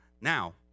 now